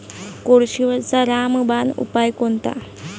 कोळशीवरचा रामबान उपाव कोनचा?